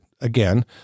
again